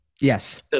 yes